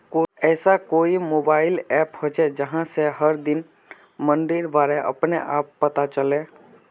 ऐसा कोई mobile app होचे जहा से हर दिन मंडीर बारे अपने आप पता चले?